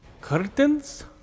curtains